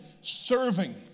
serving